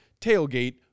tailgate